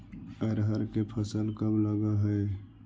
अरहर के फसल कब लग है?